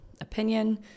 opinion